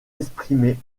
exprimé